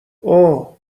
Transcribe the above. اوه